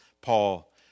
Paul